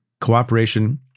cooperation